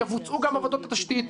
יבוצעו גם עבודות התשתית.